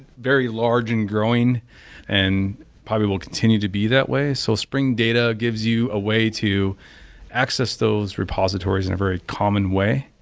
very large and growing and probably will continue to be that way so spring data gives you a way to access those repositories in a very common way.